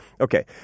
Okay